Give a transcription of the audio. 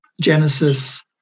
Genesis